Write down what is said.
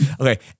Okay